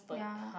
ya